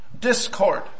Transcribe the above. discord